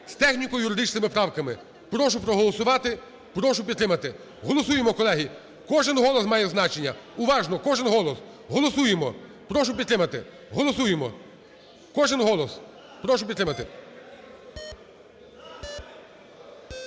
з техніко-юридичними правками. Прошу проголосувати, прошу підтримати. Голосуємо, колеги. Кожен голос має значення. Уважно, кожен голос. Голосуємо. Прошу підтримати. Голосуємо. Кожен голос. Прошу підтримати.